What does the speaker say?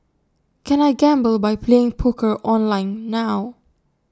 can I gamble by playing poker online now